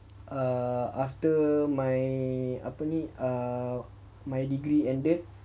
err after my apa ni err my degree ended